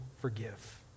forgive